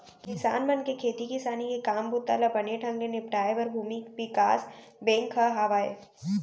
किसान मन के खेती किसानी के काम बूता ल बने ढंग ले निपटाए बर भूमि बिकास बेंक ह हावय